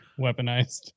weaponized